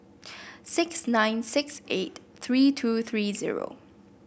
six nine six eight three two three zero